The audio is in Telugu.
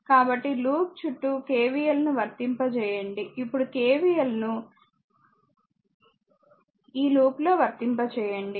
కాబట్టి లూప్ చుట్టూ KVL ను వర్తింపజేయండి ఇప్పుడు KVL ను ఈ లూప్ లో వర్తింపచేయండి